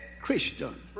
Christian